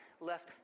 left